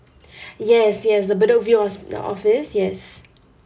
yes yes the bedok view of~ office yes